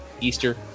Easter